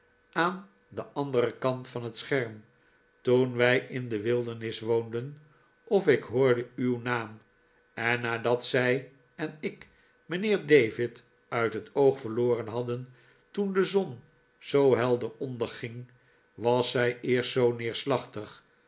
aan den andgren kant van het scherm toen wij in de wildernis woonden of ik hoorde uw naam en nadat zij en ik mijnheer david uit het oog verloren hadden toen de zon zoo helder onderging was zij eerst zoo neerslachtig